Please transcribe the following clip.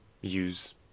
use